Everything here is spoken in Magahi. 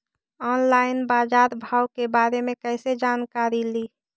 ऑनलाइन बाजार भाव के बारे मे कैसे जानकारी ली?